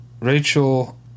Rachel